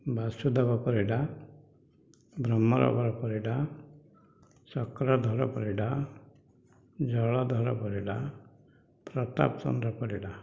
Basudev Parida Bhramarbar Parida Chakradhar Parida Jaladhar Parida Pratap Chandra Parida